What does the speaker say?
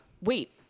wait